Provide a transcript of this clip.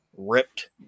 Ripped